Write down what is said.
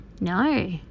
No